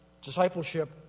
discipleship